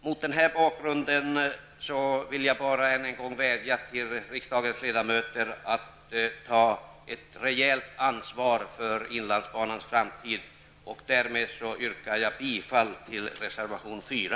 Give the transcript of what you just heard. Mot denna bakgrund vill jag bara än en gång vädja till riksdagens ledamöter att ta ett rejält ansvar för inlandsbanans framtid. Därmed yrkar jag bifall till reservation 4.